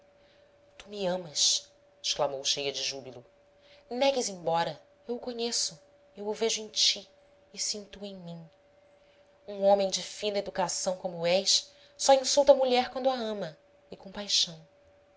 me amas exclamou cheia de júbilo negues embora eu o conheço eu o vejo em ti e sinto o em mim um homem de fina educação como és só insulta a mulher quando a ama e com paixão